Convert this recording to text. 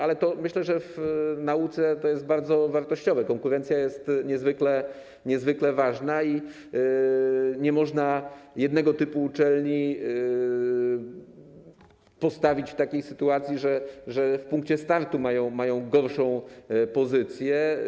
Ale myślę, że w nauce to jest bardzo wartościowe, konkurencja jest niezwykle ważna i nie można jednego typu uczelni postawić w takiej sytuacji, że w punkcie startu mają gorszą pozycję.